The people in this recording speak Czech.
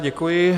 Děkuji.